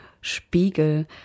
Spiegel